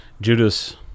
judas